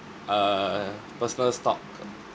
err personal stock